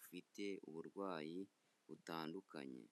ufite uburwayi butandukanye.